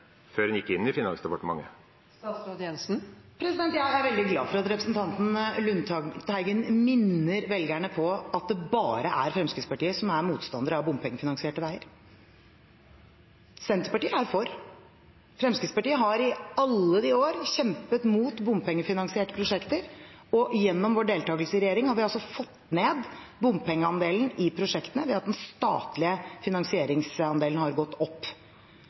før enn gikk inn der? Jeg er veldig glad for at representanten Lundteigen minner velgerne på at det bare er Fremskrittspartiet som er motstander av bompengefinansierte veier. Senterpartiet er for. Fremskrittspartiet har i alle år kjempet mot bompengefinansierte prosjekter, og gjennom vår deltakelse i regjering har vi fått ned bompengeandelen i prosjektene ved at den statlige finansieringsandelen har gått opp.